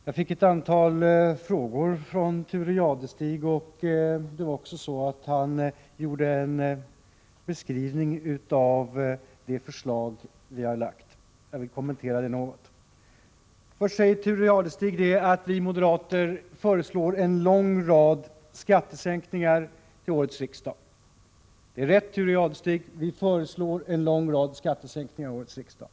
Herr talman! Thure Jadestig ställde ett antal frågor till mig. Han gjorde också en beskrivning av det förslag som vi lagt fram. Jag vill kommentera det något. Först säger Thure Jadestig att vi moderater föreslår en lång rad skattesänkningar till årets riksdag. Det är rätt, Thure Jadestig — vi föreslår en lång rad skattesänkningar till årets riksdag.